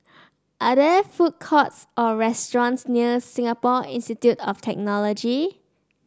are there food courts or restaurants near Singapore Institute of Technology